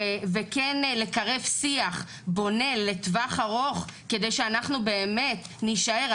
וכן לקרב שיח בונה לטווח ארוך כדי שאנחנו באמת נישאר,